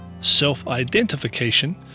self-identification